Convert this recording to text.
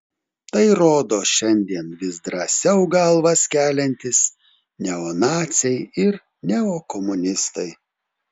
tai rodo šiandien vis drąsiau galvas keliantys neonaciai ir neokomunistai